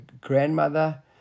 grandmother